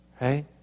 Right